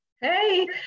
Hey